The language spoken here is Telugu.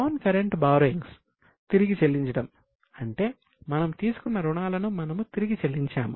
నాన్ కరెంట్ బారోయింగ్స్ తిరిగి చెల్లించడం అంటే మనము తీసుకున్న రుణాలును మనము తిరిగి చెల్లించాము